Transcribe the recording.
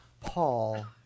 Paul